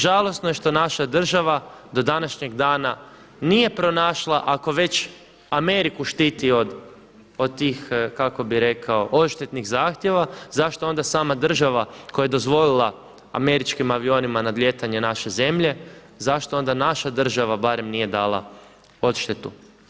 Žalosno je što naša država do današnjeg dana nije pronašla ako već Ameriku štiti od tih kako bih rekao odštetnih zahtjeva, zašto onda sama država koja je dozvolila američkim avionima nadlijetanje naše zemlje zašto onda naša država barem nije dala odštetu.